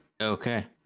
Okay